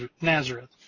Nazareth